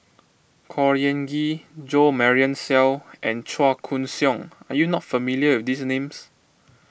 Khor Ean Ghee Jo Marion Seow and Chua Koon Siong are you not familiar with these names